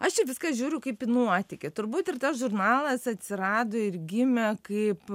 aš šiaip viską žiūriu kaip į nuotykį turbūt ir tas žurnalas atsirado ir gimė kaip